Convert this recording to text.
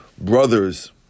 brothers